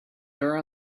there